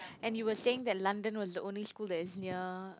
and you were saying that London was the only school that is near